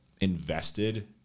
invested